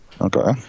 Okay